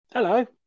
Hello